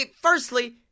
Firstly